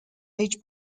age